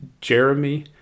Jeremy